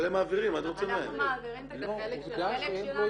אבל הם מעבירים -- אנחנו מעבירים את החלק שלנו.